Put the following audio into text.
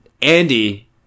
Andy